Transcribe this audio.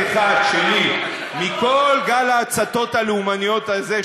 אם יש לקח אחד שלי מכל גל ההצתות הלאומניות הזה,